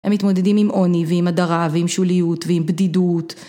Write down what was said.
הם מתמודדים עם עוני ועם הדרה ועם שוליות ועם בדידות